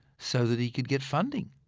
so that he could get funding.